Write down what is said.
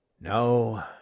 No